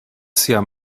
sia